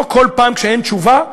לא כל פעם כשאין תשובה,